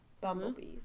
bumblebees